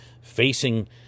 facing